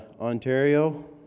Ontario